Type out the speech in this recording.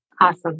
Awesome